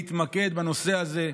להתמקד בנושא הזה.